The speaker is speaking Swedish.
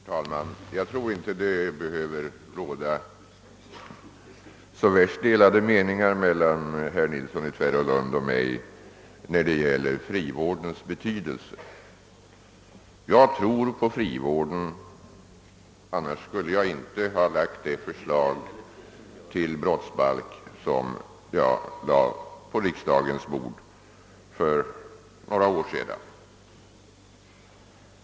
Herr talman! Jag tror inte att det behöver råda så värst delade meningar mellan herr Nilsson i Tvärålund och mig i fråga om frivårdens betydelse. Jag tror på frivården, ty annars hade jag inte framfört det förslag till brottsbalk som jag lade på riksdagens bord för några år sedan.